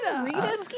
Rita